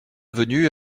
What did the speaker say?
venu